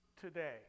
today